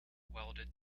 welded